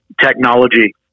technology